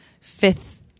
fifth